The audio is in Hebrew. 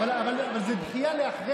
אבל זו דחייה לאחרי